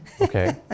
Okay